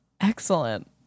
Excellent